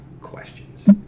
questions